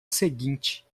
seguinte